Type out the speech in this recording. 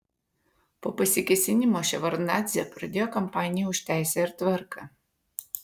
po pasikėsinimo ševardnadzė pradėjo kampaniją už teisę ir tvarką